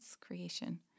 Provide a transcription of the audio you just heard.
creation